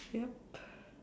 yup